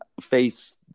face